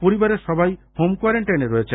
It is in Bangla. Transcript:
পরিবারের সবাই হোম কোয়ারান্টাইনে রয়েছেন